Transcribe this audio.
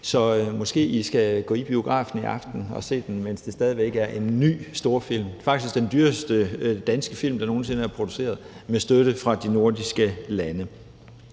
Så måske skal I gå i biografen i aften og se den, mens det stadig væk er en ny storfilm, faktisk den dyreste danske film, der nogen sinde er produceret, med støtte fra de nordiske lande.